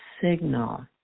signal